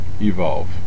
Evolve